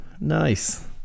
Nice